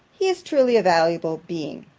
he is truly a valuable being.